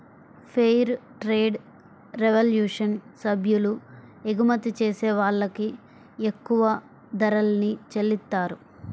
fair trade revolution సభ్యులు ఎగుమతి చేసే వాళ్ళకి ఎక్కువ ధరల్ని చెల్లిత్తారు